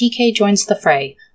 TKJoinsTheFray